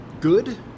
good